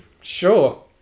Sure